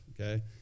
Okay